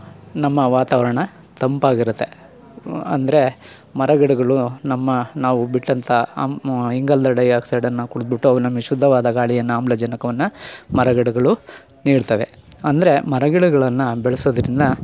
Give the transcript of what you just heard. ನಮ್ಮ ವಾತಾವರಣ ತಂಪಾಗಿರುತ್ತೆ ಅಂದರೆ ಮರಗಿಡಗಳು ನಮ್ಮ ನಾವು ಬಿಟ್ಟಂಥ ಆಮ್ ಇಂಗಾಲದ ಡೈ ಆಕ್ಸೈಡನ್ನು ಕುಡ್ದು ಬಿಟ್ಟು ಅವು ನಮಗೆ ಶುದ್ಧವಾದ ಗಾಳಿಯನ್ನು ಆಮ್ಲಜನಕವನ್ನು ಮರಗಿಡಗಳು ನೀಡ್ತವೆ ಅಂದರೆ ಮರಗಿಡಗಳನ್ನು ಬೆಳೆಸೋದರಿಂದ